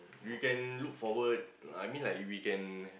you can look forward I mean like we can